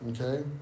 okay